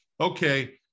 Okay